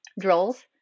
drills